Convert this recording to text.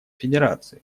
федерации